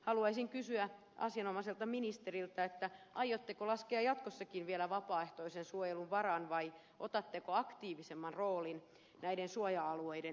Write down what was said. haluaisin kysyä asianomaiselta ministeriltä aiotteko laskea jatkossakin vielä vapaaehtoisen suojelun varaan vai otatteko aktiivisemman roolin näiden suoja alueiden lisäämiseksi